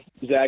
Zach